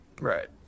Right